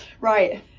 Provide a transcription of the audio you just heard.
Right